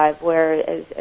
whereas